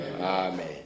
Amen